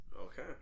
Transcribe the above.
Okay